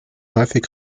häufig